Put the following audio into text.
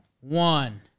one